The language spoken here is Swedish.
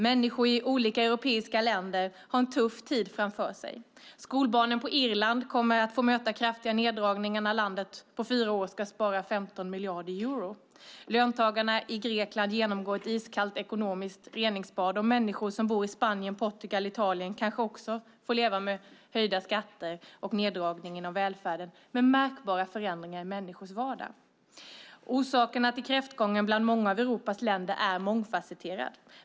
Människor i olika europeiska länder har en tuff tid framför sig. Skolbarnen på Irland kommer att få möta kraftiga neddragningar när landet på fyra år ska spara 15 miljarder euro. Löntagarna i Grekland genomgår ett iskallt ekonomiskt reningsbad, och människor som bor i Spanien, Portugal och Italien kanske också får leva med höjda skatter och neddragningar inom välfärden med märkbara förändringar i vardagen som följd. Orsakerna till kräftgången bland många av Europas länder är mångfasetterade.